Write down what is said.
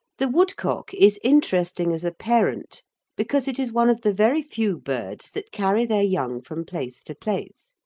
the woodcock is interesting as a parent because it is one of the very few birds that carry their young from place to place,